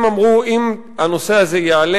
הם אמרו: אם הנושא הזה יעלה,